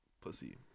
Pussy